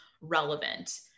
relevant